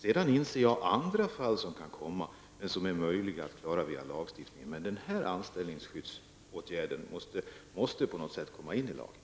Sedan inser jag att andra fall kan uppstå som är möjliga att åtgärda med hjälp av lagstiftningen. En sådan här typ av anställningsskydd måste på något sätt skrivas in i lagen.